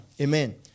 amen